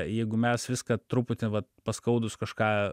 jeigu mes viską truputį vat paskaudus kažką